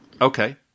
Okay